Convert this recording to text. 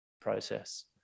process